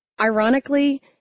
Ironically